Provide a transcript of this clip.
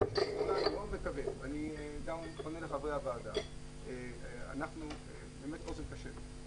ואני מאוד מקווה אני פונה גם לחברי הוועדה אנחנו אוזן קשבת.